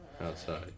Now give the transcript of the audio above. outside